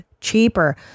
cheaper